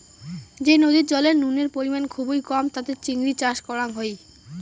যে নদীর জলে নুনের পরিমাণ খুবই কম তাতে চিংড়ি চাষ করাং হই